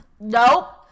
nope